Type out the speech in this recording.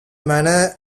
manor